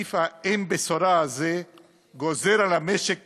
תקציב האין-בשורה הזה גוזר על המשק קיפאון.